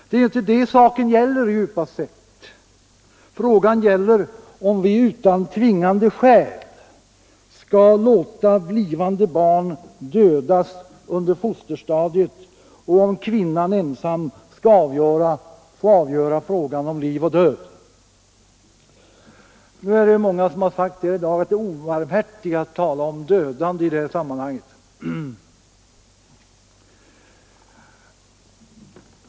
Det är inte det saken gäller djupast sett. Frågan gäller i stället om vi utan tvingande skäl skall låta blivande barn dödas under fosterstadiet och om kvinnan ensam skall få avgöra frågan om liv och död. Nu är det många som här i dag har sagt att det är obarmhärtigt att tala om dödande i det här sammanhanget.